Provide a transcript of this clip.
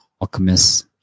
Alchemist